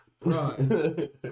Right